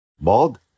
bald